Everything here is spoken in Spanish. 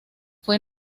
fue